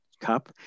cup